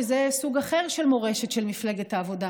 שזה סוג אחר של מורשת של מפלגת העבודה,